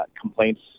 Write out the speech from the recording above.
complaints